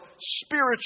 spiritual